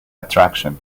attraction